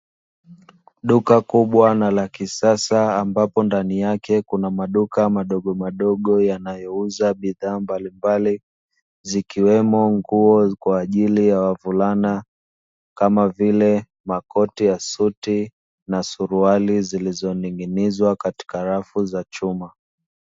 Duka kubwa na la kisasa ambapo ndani yake kuna maduka madogomadogo, yanayouza bidhaa mbalimbali, zikiwemo nguo kwa ajili ya wavulana, kama vile makoti ya suti na suruali zilizoning'inizwa katika rafu ya chuma.